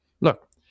Look